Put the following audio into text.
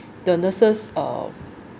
the nurses uh